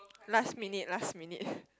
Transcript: last minute last minute